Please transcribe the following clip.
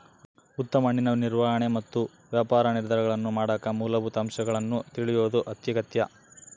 ಉತ್ತಮ ಹಣ್ಣಿನ ನಿರ್ವಹಣೆ ಮತ್ತು ವ್ಯಾಪಾರ ನಿರ್ಧಾರಗಳನ್ನಮಾಡಕ ಮೂಲಭೂತ ಅಂಶಗಳನ್ನು ತಿಳಿಯೋದು ಅತ್ಯಗತ್ಯ